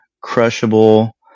crushable